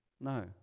no